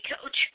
coach